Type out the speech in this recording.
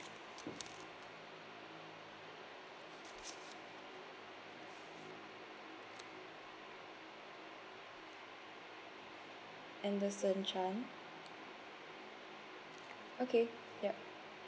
anderson chan okay yup